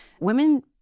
Women